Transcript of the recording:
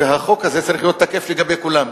והחוק הזה צריך להיות תקף לגבי כולם.